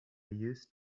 used